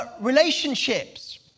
relationships